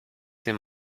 ces